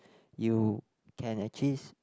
you can actually